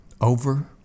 Over